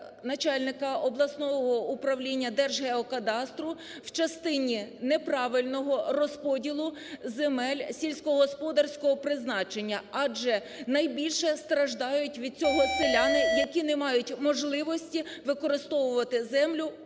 начальника обласного управління Держгеокадастру в частині неправильного розподілу земель сільськогосподарського призначення, адже найбільше страждають від цього селяни, які не мають можливості використовувати землю